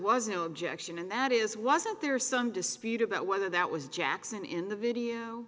was no objection and that is wasn't there some dispute about whether that was jackson in the video